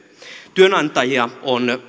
työnantajia on